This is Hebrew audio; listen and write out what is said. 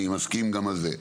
אני מסכים גם על זה.